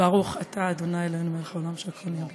ברוך אתה ה' אלוהינו מלך העולם שהכול נהיה בדברו.